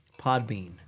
Podbean